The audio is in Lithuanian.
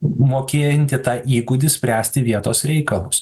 mokinti tą įgūdį spręsti vietos reikalus